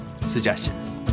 suggestions